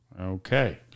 Okay